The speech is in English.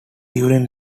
during